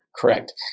Correct